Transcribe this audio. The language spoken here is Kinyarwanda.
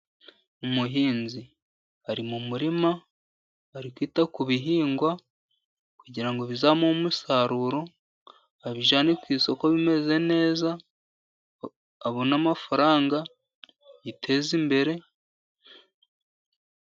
Umuhinzi ari mu murima, ari kwita ku bihingwa kugira ngo bizamuhe umusaruro, abijyane ku isoko bimeze neza, abone amafaranga yiteze imbere.